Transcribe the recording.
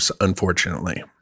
unfortunately